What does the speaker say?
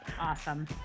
Awesome